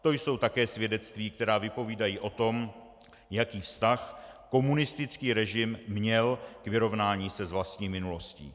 To jsou také svědectví, která vypovídají o tom, jaký vztah komunistický režim měl k vyrovnání se s vlastní minulostí.